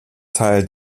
teil